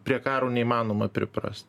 prie karo neįmanoma priprast